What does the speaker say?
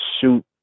shoot